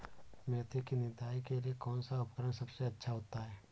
मेथी की निदाई के लिए कौन सा उपकरण सबसे अच्छा होता है?